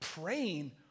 praying